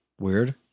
Weird